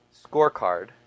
scorecard